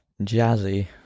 Jazzy